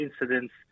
incidents